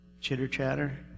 chitter-chatter